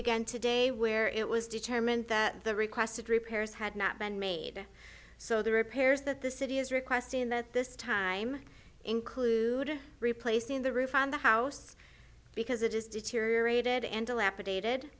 again today where it was determined that the requested repairs had not been made so the repairs that the city is requesting that this time include replacing the roof on the house because it has deteriorated and dilapidated